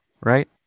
right